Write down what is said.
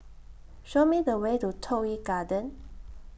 Show Me The Way to Toh Yi Garden